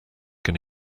can